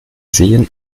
sehen